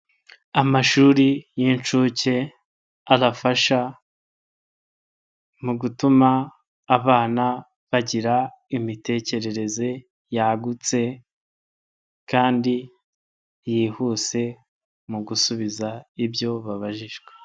Amashuri y'incuke arafasha mu gutuma abana bagira imitekerereze yagutse kandi yihuse mu gusubiza ibyo babajijwe.